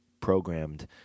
programmed